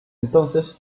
entonces